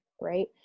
right